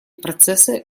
процессы